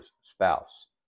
spouse